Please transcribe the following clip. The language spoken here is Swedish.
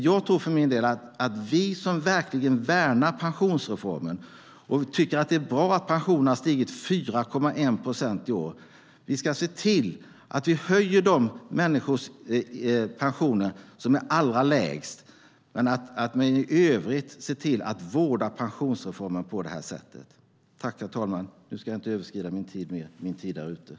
Jag tror för min del att vi som verkligen värnar pensionsreformen, och tycker att det är bra att pensionerna har stigit med 4,2 procent i år, ska se till att höja pensionerna för de människor som ligger allra lägst. I övrigt ska vi se till att vårda pensionsreformen. I detta anförande instämde Ismail Kamil .